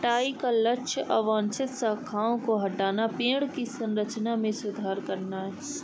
छंटाई का लक्ष्य अवांछित शाखाओं को हटाना, पेड़ की संरचना में सुधार करना है